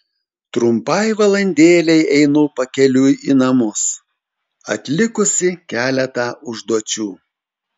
trumpai valandėlei einu pakeliui į namus atlikusi keletą užduočių